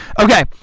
Okay